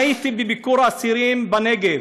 אני הייתי בביקור אסירים בנגב.